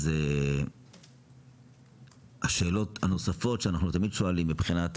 אז השאלות הנוספות שאנחנו תמיד שואלים מבחינת העומסים,